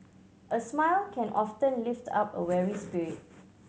a smile can often lift up a weary spirit